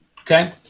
okay